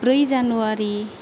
ब्रै जानुवारि